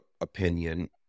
opinion